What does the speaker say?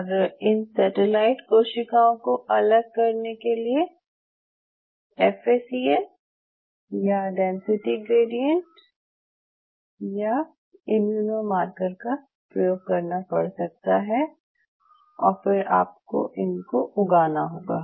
और इन सेटेलाइट कोशिकाओं को अलग करने के लिए एफ ए सी एस या डेंसिटी ग्रेडिएंट या इम्यूनो मार्कर का प्रयोग करना पड़ सकता है और फिर आपको इनको उगाना होगा